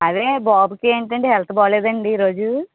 అదే బాబుకి ఏంటంటే హెల్త్ బాగలేదండి ఈరోజు